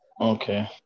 Okay